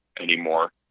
anymore